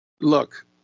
look